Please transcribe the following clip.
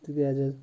تِکیٛازِ